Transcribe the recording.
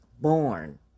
born